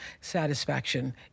satisfaction